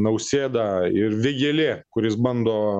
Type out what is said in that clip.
nausėda ir vėgėlė kuris bando